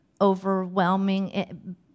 overwhelming